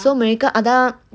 so mereka ada